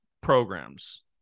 programs